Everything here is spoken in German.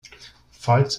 falls